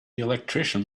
electrician